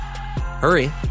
Hurry